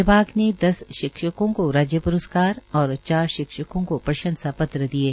विभाग ने दस शिक्षकों को राज्य प्रस्कार और चार शिक्षकों को प्रंशसा पत्र दिये